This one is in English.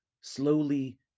slowly